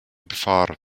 befahren